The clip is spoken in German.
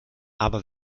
aber